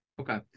Okay